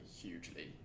hugely